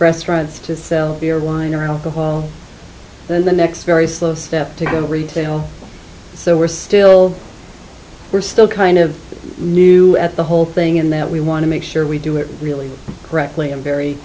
restaurants to sell beer wine or alcohol and the next very slow step to going to retail so we're still we're still kind of new at the whole thing in that we want to make sure we do it really correctly and very